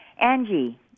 Angie